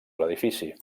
l’edifici